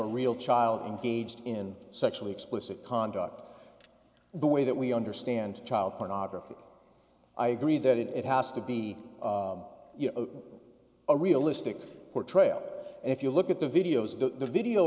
a real child engaged in sexually explicit conduct the way that we understand child pornography i agree that it has to be a realistic portrayal if you look at the videos the video